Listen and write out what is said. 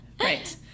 right